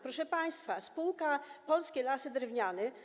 Proszę państwa, spółka Polskie Lasy Drewniane.